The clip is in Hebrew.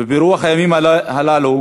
וברוח הימים הללו,